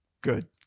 good